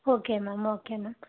okay ma'am okay ma'am